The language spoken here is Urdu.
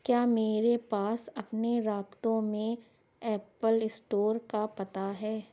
کیا میرے پاس اپنے رابطوں میں ایپل اسٹور کا پتا ہے